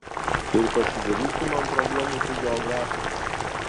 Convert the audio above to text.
ir pasidaryk tu man problemų su geografa